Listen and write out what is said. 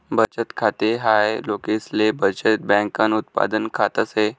बचत खाते हाय लोकसले बचत बँकन उत्पादन खात से